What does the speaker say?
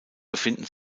befinden